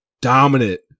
Dominant